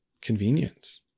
convenience